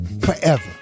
forever